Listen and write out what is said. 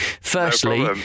Firstly